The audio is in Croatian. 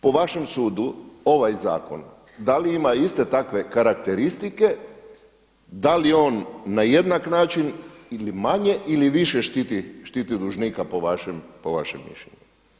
Po vašem sudu ovaj zakon da li ima iste takve karakteristike, da li on na jednak način ili manje ili više štiti dužnika po vašem mišljenju?